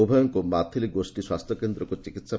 ଉଭୟଙ୍କୁ ମାଥିଲି ଗୋଷୀ ସ୍ୱାସ୍ଥ୍ୟ କେନ୍ଦ୍ରକୁ ଚିକିସ୍